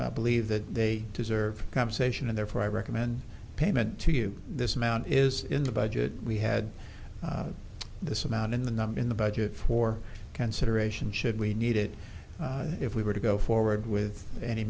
we believe that they deserve compensation and therefore i recommend payment to you this amount is in the budget we had this amount in the number in the budget for consideration should we need it if we were to go forward with any